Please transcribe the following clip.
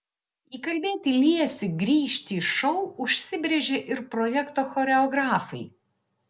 įkalbėti liesį grįžti į šou užsibrėžė ir projekto choreografai